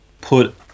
put